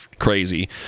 crazy